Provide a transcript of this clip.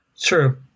True